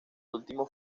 último